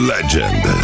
Legend